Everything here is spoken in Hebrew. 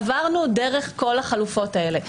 -- עברנו דרך כל החלופות האלה.